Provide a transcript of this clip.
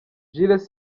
jules